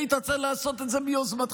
היית צריך לעשות את זה מיוזמתך,